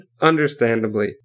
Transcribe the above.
understandably